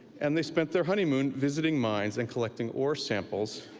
and they spent their honeymoon visiting mines and collecting ore samples